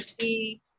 see